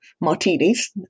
Martinis